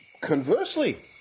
Conversely